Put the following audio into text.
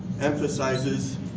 emphasizes